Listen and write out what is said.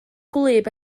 gwlyb